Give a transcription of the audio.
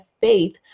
faith